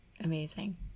Amazing